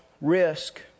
risk